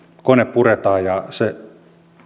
kone puretaan ja se